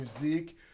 musique